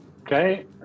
Okay